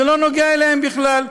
זה לא נוגע אליהם בכלל.